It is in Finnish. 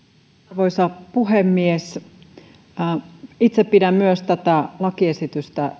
arvoisa puhemies itse pidän myös tätä lakiesitystä